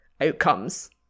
outcomes